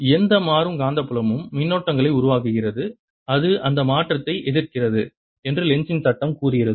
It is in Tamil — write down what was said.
எந்த மாறும் காந்தப்புலமும் மின்னோட்டங்களை உருவாக்குகிறது அது அந்த மாற்றத்தை எதிர்க்கிறது என்று லென்ஸின் சட்டம் கூறுகிறது